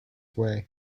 way